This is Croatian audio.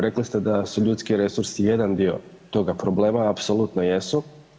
Rekli ste da su ljudski resursi jedan dio toga problema, apsolutno jesu.